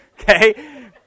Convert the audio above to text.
Okay